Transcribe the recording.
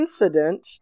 incident